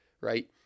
right